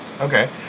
Okay